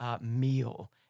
meal